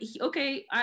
Okay